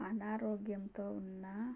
అనారోగ్యంతో ఉన్న